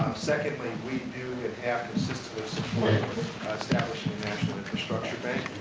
secondly, we do and have persistently supported establishing a national infrastructure bank,